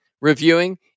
reviewing